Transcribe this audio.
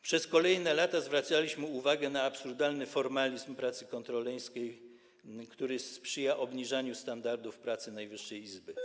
Przez kolejne lata zwracaliśmy uwagę na absurdalny formalizm pracy kontrolerskiej, który sprzyja obniżaniu standardów pracy Najwyższej Izby Kontroli.